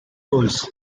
roles